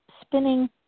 spinning